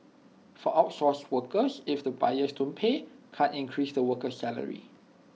for outsourced workers if the buyers don't pay can't increase the worker's salary